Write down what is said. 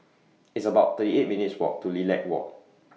It's about thirty eight minutes' Walk to Lilac Walk